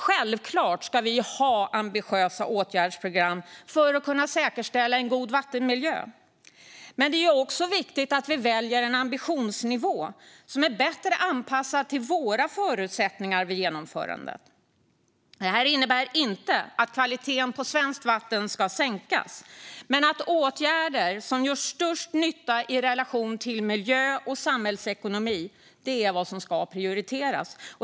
Självklart ska vi ha ambitiösa åtgärdsprogram för att kunna säkerställa en god vattenmiljö, men det är också viktigt att vi väljer en ambitionsnivå som är bättre anpassad till våra förutsättningar vid genomförandet. Det innebär inte att kvaliteten på svenskt vatten ska sänkas men att åtgärder som gör störst nytta i relation till miljö och samhällsekonomi ska prioriteras.